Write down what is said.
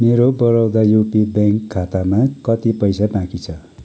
मेरो Baroda UP bank खातामा कति पैसा बाँकी छ